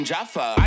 Jaffa